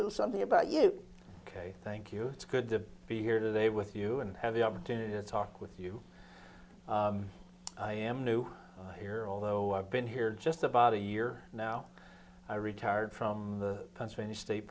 little something about you ok thank you it's good to be here today with you and have the opportunity to talk with you i am new here although i've been here just about a year now i retired from the pennsylvania state